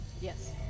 Yes